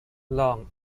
long